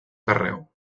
carreu